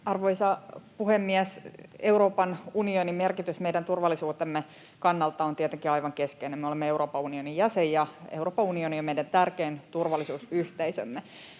Arvoisa puhemies! Euroopan unionin merkitys meidän turvallisuutemme kannalta on tietenkin aivan keskeinen. Me olemme Euroopan unionin jäsen, ja Euroopan unioni on meidän tärkein turvallisuusyhteisömme.